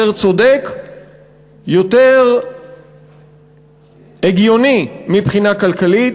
יותר צודק ויותר הגיוני מבחינה כלכלית.